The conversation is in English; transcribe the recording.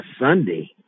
Sunday